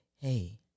hey